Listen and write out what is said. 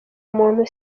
umuntu